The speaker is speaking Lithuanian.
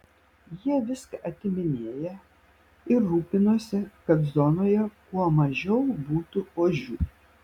jie viską atiminėja ir rūpinasi kad zonoje kuo mažiau būtų ožių